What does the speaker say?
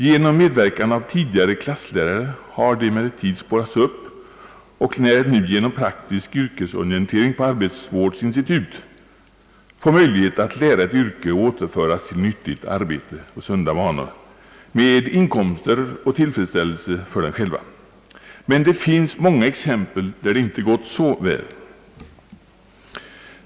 Genom medverkan av tidigare klasslärare har de emellertid spårats upp och lär nu genom praktisk yrkesorientering på arbetsvårdsinstitut få möjligheter att lära ett yrke och återföras till nyttigt arbete och sunda vanor med inkomster och tillfredsställelse för dem själva. Men det finns exempel på att det inte alltid gått så väl.